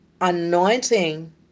anointing